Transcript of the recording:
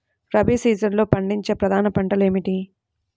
రబీ సీజన్లో పండించే ప్రధాన పంటలు ఏమిటీ?